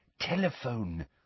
telephone